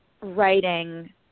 Writing